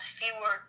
fewer